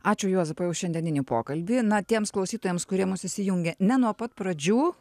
ačiū juozapai už šiandieninį pokalbį na tiems klausytojams kurie mus įsijungė ne nuo pat pradžių